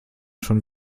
schon